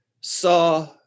saw